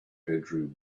bedroom